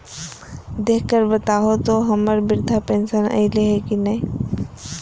देख कर बताहो तो, हम्मर बृद्धा पेंसन आयले है की नय?